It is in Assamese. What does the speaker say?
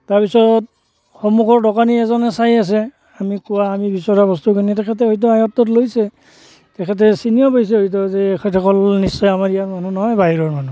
তাৰপিছত সন্মুখৰ দোকানী এজনে চাই আছে আমি কোৱা আমি বিচৰা বস্তুখিনি তেখেতে হয়তো লৈছে তেখেতে চিনিও পাইছে যে এখেতসকল নিশ্চয় আমাৰ ইয়াৰ মানুহ নহয় বাহিৰৰ মানুহ